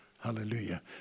Hallelujah